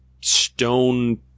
stone